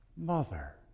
mother